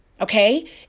Okay